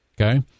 Okay